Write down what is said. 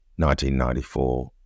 1994